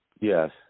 yes